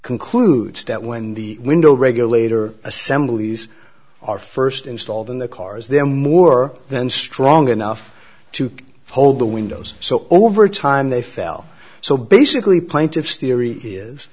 concludes that when the window regulator assemblies are first installed in the cars there are more than strong enough to hold the windows so over time they fell so basically plaintiff's theory is